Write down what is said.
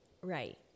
Right